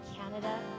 Canada